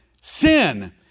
Sin